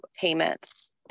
payments